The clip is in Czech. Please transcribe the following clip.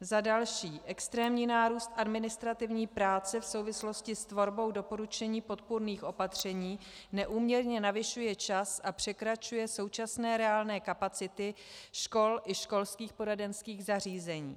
Za další, extrémní nárůst administrativní práce v souvislosti s tvorbou doporučení podpůrných opatření neúměrně navyšuje čas a překračuje současné reálné kapacity škol i školských poradenských zařízení.